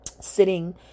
sitting